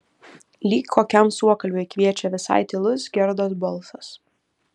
lyg kokiam suokalbiui kviečia visai tylus gerdos balsas